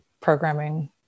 programming